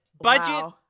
budget